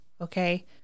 Okay